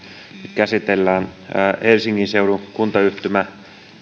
käsitellään helsingin seudun kuntayhtymän